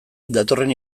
datorren